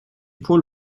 point